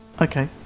Okay